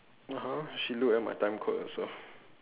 (uh huh) she look at my time code also